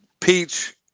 peach